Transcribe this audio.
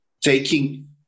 taking